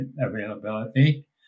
availability